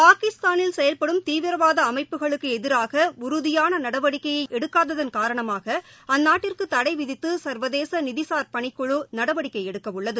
பாகிஸ்தானில் செயல்படும் தீவிரவாதஅமைப்புகளுக்குஎதிராகஉறுதியானநடவடிக்கையைஎடுக்காததன் காரணமாகஅந்நாட்டிற்குதடைவிதித்துள்வதேசநிதிசாா் பணிக்குழுநடவடிக்கைஎடுக்கஉள்ளது